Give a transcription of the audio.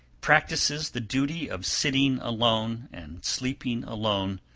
practises the duty of sitting alone and sleeping alone,